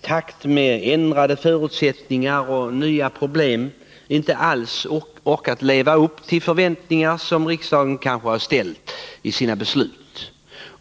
takt med ändrade förutsättningar och uppkomsten av nya problem inte alls har orkat leva upp till de förväntningar som riksdagen kanske hyste när den fattade sitt beslut.